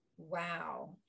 Wow